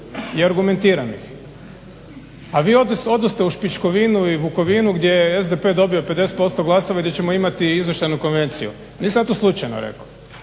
i argumentiram ih a vi odoste u Špičkovinu i Vukovinu gdje je SDP dobio 50% glasova i gdje ćemo imati izvještajnu konvenciju. Nisam ja to slučajno rekao,